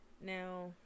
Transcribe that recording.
Now